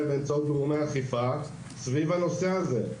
באמצעי גורמי האכיפה סביב הנושא הזה.